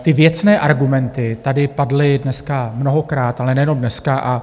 Ty věcné argumenty tady padly dneska mnohokrát, ale nejenom dneska.